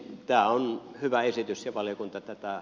tämä on hyvä esitys ja valiokunta tätä